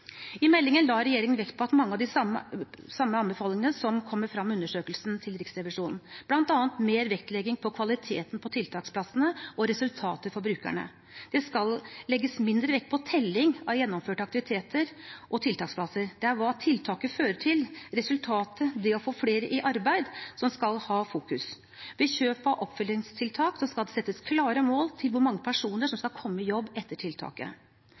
I meldingen la regjeringen vekt på mange av de samme anbefalingene som kommer frem i undersøkelsen til Riksrevisjonen, bl.a. mer vektlegging på kvaliteten på tiltaksplassene og resultater for brukerne. Det skal legges mindre vekt på telling av gjennomførte aktiviteter og tiltaksplasser. Det er hva tiltaket fører til, resultatet, det å få flere i arbeid, som skal ha fokus. Ved kjøp av oppfølgingstiltak skal det settes klare mål til hvor mange personer som skal komme i jobb etter tiltaket.